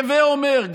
הווי אומר,